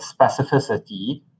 specificity